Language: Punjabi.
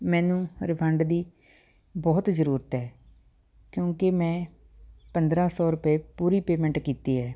ਮੈਨੂੰ ਰਿਫੰਡ ਦੀ ਬਹੁਤ ਜ਼ਰੂਰਤ ਹੈ ਕਿਉਂਕਿ ਮੈਂ ਪੰਦਰਾਂ ਸੌ ਰੁਪਏ ਪੂਰੀ ਪੇਮੈਂਟ ਕੀਤੀ ਹੈ